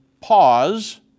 pause